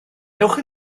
ewch